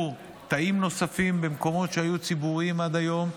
תאים במקומות שהיו ציבוריים עד היום.